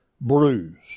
bruised